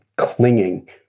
clinging